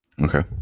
Okay